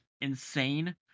insane